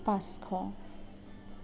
পাঁচশ